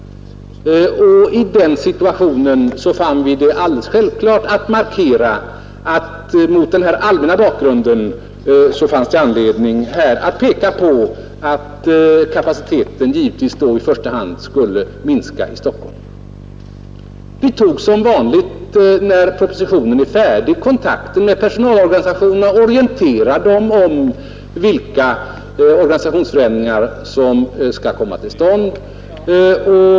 Vi ansåg det självklart att markera att det mot denna allmänna bakgrund fanns anledning att minska kapaciteten, givetvis i första hand i Stockholm. Som vanligt när en proposition är färdig, tog vi kontakt med personalorganisationerna och orienterade dem om vilka organisationsförändringar som skulle komma till stånd.